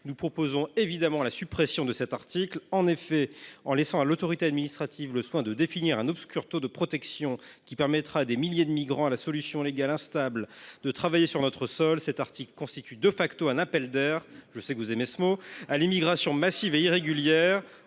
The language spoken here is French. Nous proposons évidemment la suppression de cet article. En effet, en laissant à l’autorité administrative le soin de définir un obscur taux de protection, qui permettra à des milliers de migrants à la solution légale instable, de travailler sur notre sol, cet article constitue un appel d’air – je sais que vous aimez ce mot – à l’immigration massive et irrégulière.